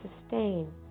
sustain